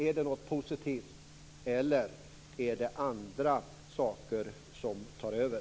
Är det något positivt, eller är det andra saker som tar över?